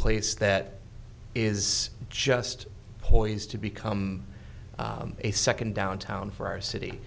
place that is just poised to become a second downtown for our city